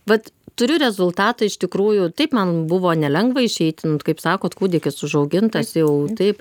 vat turiu rezultatą iš tikrųjų taip man buvo nelengva išeiti nu kaip sakot kūdikis užaugintas jau taip